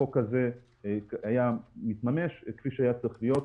החוק הזה היה מתממש כפי שצריך היה להיות.